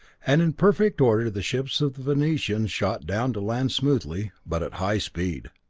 and in perfect order the ships of the venerians shot down to land smoothly, but at high speed.